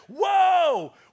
whoa